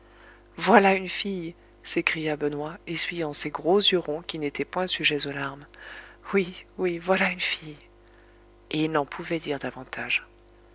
voilà une fille s'écria benoît essuyant ses gros yeux ronds qui n'étaient point sujets aux larmes oui oui voilà une fille et il n'en pouvait dire davantage